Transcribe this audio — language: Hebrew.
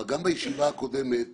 בישיבה הקודמת